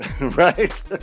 Right